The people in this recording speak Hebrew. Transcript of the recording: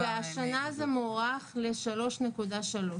והשנה זה מוערך ל-3.3%.